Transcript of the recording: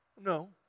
No